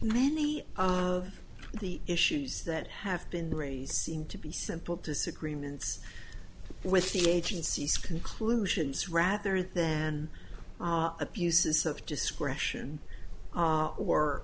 many of the issues that have been raised seem to be simple disagreements with the agency's conclusions rather than abuses of discretion or or